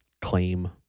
claim